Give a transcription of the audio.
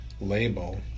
label